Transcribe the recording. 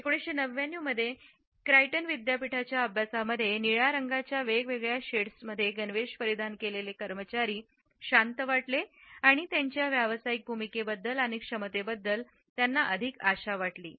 1999 मध्ये क्रायटन विद्यापीठाचा अभ्यासामध्ये निळ्या रंगाच्या वेगवेगळ्या शेड्समध्ये गणवेश परिधान केलेले कर्मचारी शांत वाटले आणि त्यांच्या व्यावसायिक भूमिकेबद्दल आणि क्षमतेबद्दल त्यांना अधिक आशा वाटली